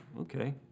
okay